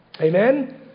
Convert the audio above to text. Amen